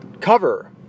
cover